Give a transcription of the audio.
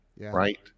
right